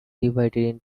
divided